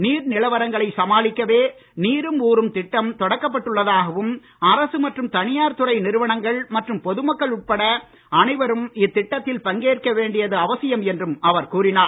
நீர் நிலவரங்களை சமாளிக்கவே நீரும் ஊரும் திட்டம் தொடக்கப் பட்டுள்ளதாகவும் அரசு மற்றும் தனியார் துறை நிறுவனங்கள் மற்றும் பொதுமக்கள் உட்பட அனைவரும் இத்திட்டத்தில் பங்கேற்க வேண்டியது அவசியம் என்றும் அவர் கூறினார்